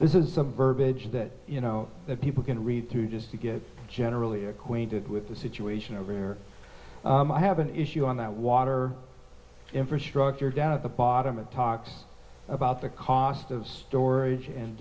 this is some burbage that you know that people can read through just to get generally acquainted with the situation over there i have an issue on that water infrastructure down at the bottom it talks about the cost of storage and